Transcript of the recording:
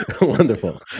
Wonderful